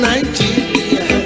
Nigeria